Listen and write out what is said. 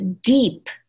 deep